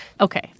Okay